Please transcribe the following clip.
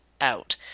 out